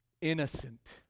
innocent